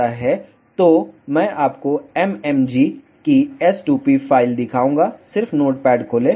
तो मैं आपको MMG की s2p फाइल दिखाऊंगा सिर्फ नोटपैड खोलें